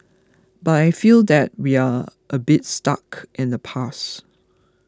but I feel that we are a bit stuck in the past